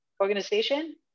organization